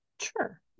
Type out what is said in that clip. Sure